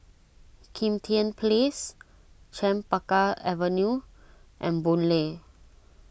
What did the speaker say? Kim Tian Place Chempaka Avenue and Boon Lay